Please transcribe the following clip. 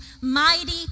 mighty